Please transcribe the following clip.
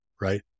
right